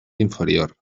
inferior